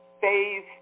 Phase